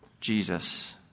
Jesus